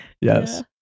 Yes